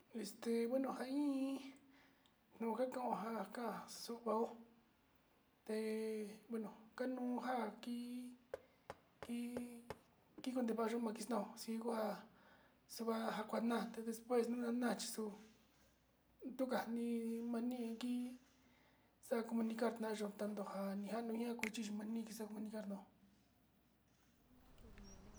Este bueno nja iin nuu njakaon njan, xunguó té bueno ka nunján kii kii tijutimaxu majixnau xingua kuanjuanate despues nana'a nate xuu nduka nii ma'a niki xa'a comunicar nayo'o tando njan ninjan ninja kuchi xo'o manii kuxa'a nunixanó.